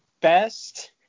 best